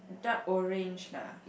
dark orange lah